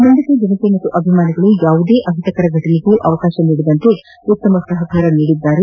ಮಂಡ್ಚದ ಜನತೆ ಹಾಗು ಅಭಿಮಾನಿಗಳು ಯಾವುದೇ ಅಹಿತಕರ ಫಟನೆಗೆ ಅವಕಾಶ ನೀಡದಂತೆ ಉತ್ತಮ ಸಹಕಾರ ನೀಡಿದ್ದಾರೆ